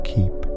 Keep